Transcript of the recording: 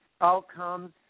outcomes